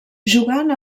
jugant